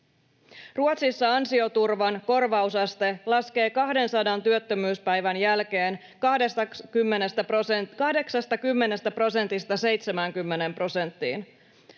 Ruotsissa ansioturvan korvausaste laskee 200 työttömyyspäivän jälkeen 80 prosentista 70 prosenttiin.